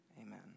Amen